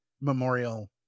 memorial